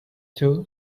too